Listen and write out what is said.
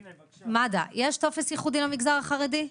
מד"א, יש טופס ייחודי למגזר החרדי?